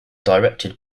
directed